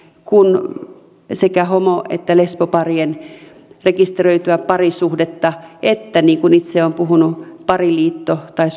kuin sekä homo että lesboparien rekisteröityä parisuhdetta niin kuin itse olen puhunut pariliitosta tai